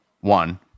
One